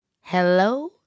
Hello